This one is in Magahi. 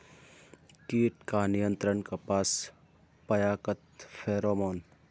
कीट का नियंत्रण कपास पयाकत फेरोमोन?